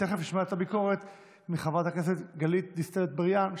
תכף אשמע את הביקורת מחברת הכנסת גלית דיסטל אטבריאן,